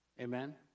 Amen